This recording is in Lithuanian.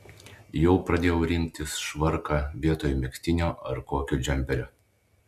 jau pradėjau rinktis švarką vietoj megztinio ar kokio džemperio